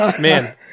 Man